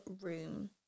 room